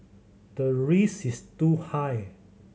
the risk is too high